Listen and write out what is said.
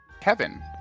Kevin